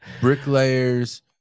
Bricklayers